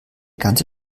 ganze